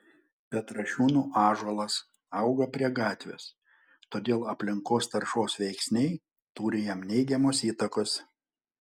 petrašiūnų ąžuolas auga prie gatvės todėl aplinkos taršos veiksniai turi jam neigiamos įtakos